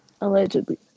Allegedly